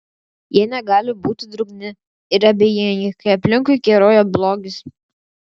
jie negali būti drungni ir abejingi kai aplinkui keroja blogis